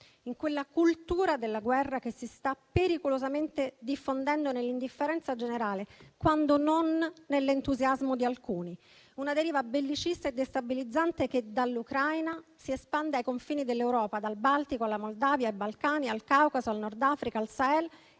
in quella cultura della guerra che si sta pericolosamente diffondendo nell'indifferenza generale, quando non nell'entusiasmo di alcuni; una deriva bellicista e destabilizzante che dall'Ucraina si espande ai confini dell'Europa, dal Baltico alla Moldavia, ai Balcani, al Caucaso al Nord Africa, al Sahel